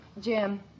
Jim